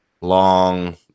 long